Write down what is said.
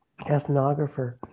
ethnographer